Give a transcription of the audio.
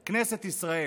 כנסת ישראל,